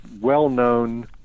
well-known